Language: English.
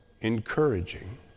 encouraging